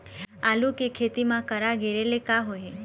आलू के खेती म करा गिरेले का होही?